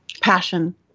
Passion